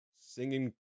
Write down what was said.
singing